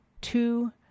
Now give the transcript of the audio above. Two